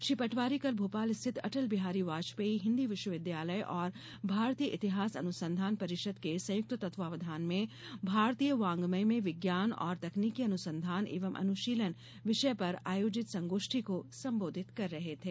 श्री पटवारी कल भोपाल स्थित अटल बिहारी वाजपेयी हिंदी विश्विवद्यालय और भारतीय इतिहास अनुसंधान परिषद के संयुक्त तत्वावधान में भारतीय वांग्मय में विज्ञान और तकनीकी अनुसंधान एवं अनुशीलन विषय पर आयोजित संगोष्ठी को संबोधित कर रहे थे